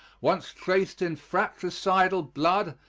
once traced in fratricidal blood,